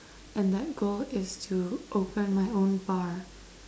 and that goal is to open my own bar